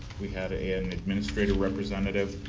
we had an administrative representative.